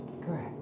Correct